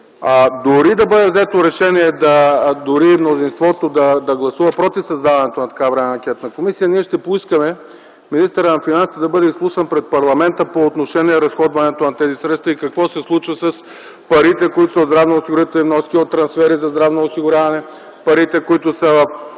временна анкетна комисия. Дори мнозинството да гласува против създаването на такава временна анкетна комисия, ние ще поискаме министърът на финансите да бъде изслушан пред парламента по отношение разходването на тези средства и какво се случва с парите, които са от здравноосигурителни вноски, от трансфери за здравно осигуряване, парите, които са